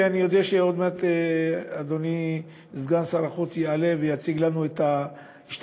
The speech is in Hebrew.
ואני יודע שעוד מעט אדוני סגן שר החוץ יעלה ויציג לנו את ההשתדלויות,